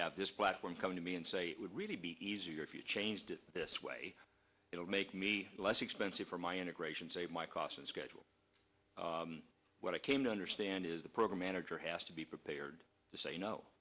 have this platform come to me and say it would really be easier if you changed it this way it will make me less expensive for my integration save my cost and schedule what i came to understand is the program manager has to be prepared to say